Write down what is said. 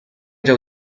già